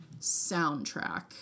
soundtrack